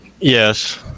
Yes